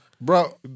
Bro